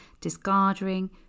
discarding